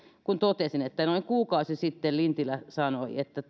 kun totesin että noin kuukausi sitten lintilä sanoi että